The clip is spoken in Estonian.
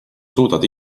suudad